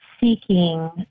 seeking